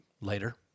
Later